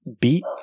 beat